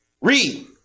read